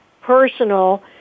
personal